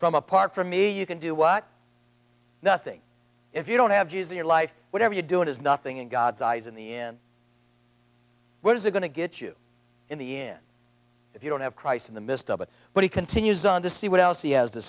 from apart from me you can do what nothing if you don't have your life whatever you do it is nothing in god's eyes in the end what is going to get you in the end if you don't have christ in the midst of it but he continues on the see what else he has t